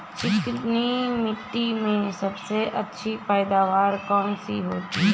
चिकनी मिट्टी में सबसे अच्छी पैदावार कौन सी होती हैं?